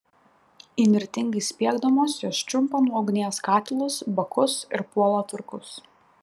įnirtingai spiegdamos jos čiumpa nuo ugnies katilus bakus ir puola turkus